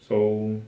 so